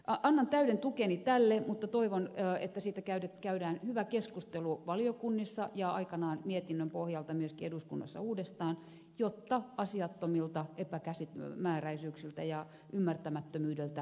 annan täyden tukeni tälle mutta toivon että siitä käydään hyvä keskustelu valiokunnissa ja aikanaan mietinnön pohjalta myöskin eduskunnassa uudestaan jotta asiattomilta epämääräisyyksiltä ja ymmärtämättömyydeltä säästyttäisiin